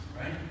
right